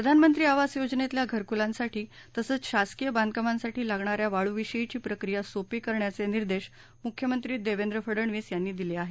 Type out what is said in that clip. प्रधानमंत्री आवास योजनेतल्या घरकुलांसाठी तसंच शासकीय बांधकामासाठी लागणाऱ्या वाळूविषयीची प्रक्रिया सोपी करण्याचे निर्देश मुख्यमंत्री देवेंद्र फडणवीस यांनी दिले आहेत